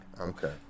okay